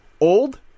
old